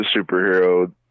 superhero